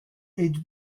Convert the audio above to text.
êtes